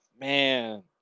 man